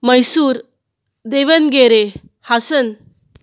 Mysore Davanagere Hassan